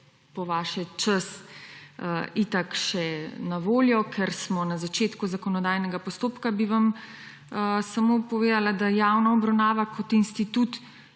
po vaše čas itak še na voljo, ker smo na začetku zakonodajnega postopka, bi vam samo povedala, da javna obravnava kot institut